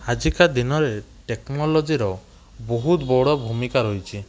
ଆଜିକା ଦିନରେ ଟେକନୋଲଜିର ବହୁତ ବଡ଼ ଭୂମିକା ରହିଛି